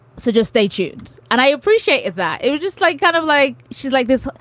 so just stay tuned. and i appreciate that you're just like kind of like she's like this.